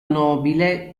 nobile